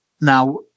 Now